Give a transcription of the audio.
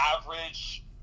average